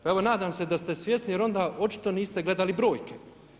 Pa evo nadam se da ste svjesni jer onda očito niste gledali brojke.